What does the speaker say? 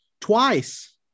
twice